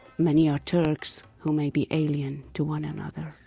many are turks who may be alien to one another.